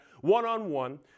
one-on-one